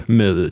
med